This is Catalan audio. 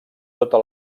tota